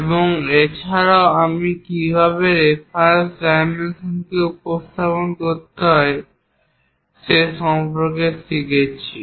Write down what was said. এবং এছাড়াও আমরা কীভাবে রেফারেন্স ডাইমেনশনকে উপস্থাপন করতে হয় সে সম্পর্কে শিখেছি